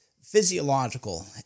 physiological